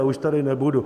Já už tady nebudu.